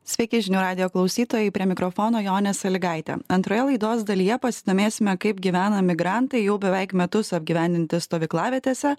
sveiki žinių radijo klausytojai prie mikrofono jonė salygaitė antroje laidos dalyje pasidomėsime kaip gyvena migrantai jau beveik metus apgyvendinti stovyklavietėse